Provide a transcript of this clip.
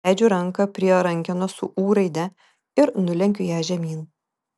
nuleidžiu ranką prie rankenos su ū raide ir nulenkiu ją žemyn